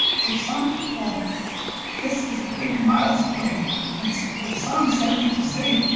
for some people this is a big milestone and so for some, sadly to say,